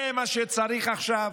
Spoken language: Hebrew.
זה מה שצריך עכשיו?